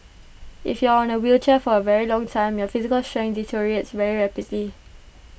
if you are on A wheelchair for A very long time your physical strength deteriorates very rapidly